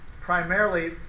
primarily